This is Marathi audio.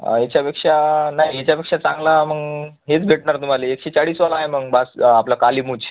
याच्यापेक्षा नाही याच्यापेक्षा चांगला मग हेच भेटणार तुम्हाला एकशे चाळीसवाला आहे मग बास आपला कालीमुछ